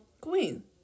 queen